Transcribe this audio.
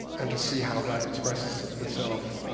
and to see how that expresses itself